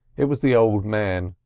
it was the old man.